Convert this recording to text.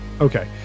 Okay